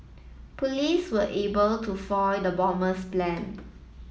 police were able to foil the bomber's plan